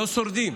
לא שורדים.